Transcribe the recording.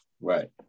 Right